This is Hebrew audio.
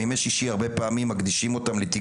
הרבה פעמים ימי שישי מוקדשים לתגבורים,